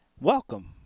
Welcome